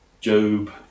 Job